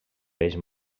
peix